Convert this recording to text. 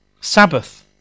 Sabbath